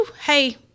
hey